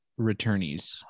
returnees